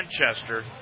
Manchester